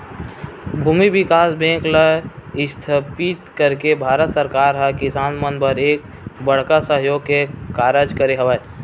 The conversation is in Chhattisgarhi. भूमि बिकास बेंक ल इस्थापित करके भारत सरकार ह किसान मन बर एक बड़का सहयोग के कारज करे हवय